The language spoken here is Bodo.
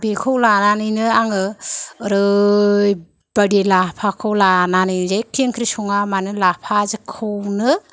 बेखौ लानानैनो आङो ओरैबादि लाफाखौ लानानै जेखि ओंख्रि सङामानो लाफाजोंखौनो